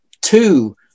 two